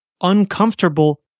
uncomfortable